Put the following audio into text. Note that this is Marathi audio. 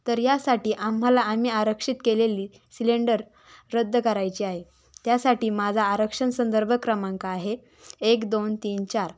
तर यासाठी आम्हाला आम्ही आरक्षित केलेली सिलेंडर रद्द करायची आहे त्यासाठी माझा आरक्षण संदर्भ क्रमांक आहे एक दोन तीन चार